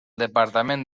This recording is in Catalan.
departament